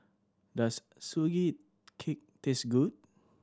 does Sugee Cake taste good